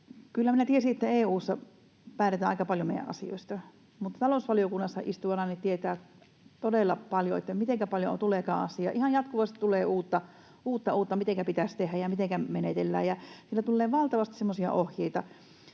Kyllä minä tiesin, että EU:ssa päätetään aika paljon meidän asioista, mutta talousvaliokunnassa istuvana tietää todella paljon, mitenkä paljon tuleekaan asiaa. Ihan jatkuvasti tulee uutta, mitenkä pitäisi tehdä ja mitenkä menetellään. Siellä tulee valtavasti semmoisia ohjeita